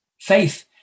Faith